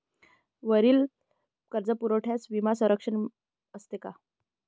वरील कर्जपुरवठ्यास विमा संरक्षण असते का?